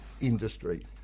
industry